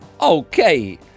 Okay